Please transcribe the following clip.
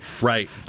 Right